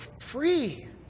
free